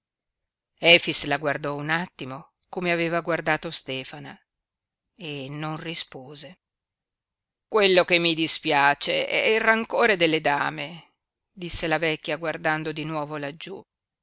efix la guardò un attimo come aveva guardato stefana e non rispose quello che mi dispiace è il rancore delle dame disse la vecchia guardando di nuovo laggiú